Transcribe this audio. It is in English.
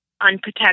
unprotected